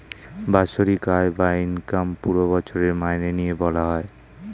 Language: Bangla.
বাৎসরিক আয় বা ইনকাম পুরো বছরের মাইনে নিয়ে বলা হয়